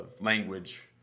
language